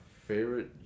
favorite